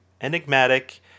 enigmatic